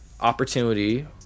opportunity